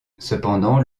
cependant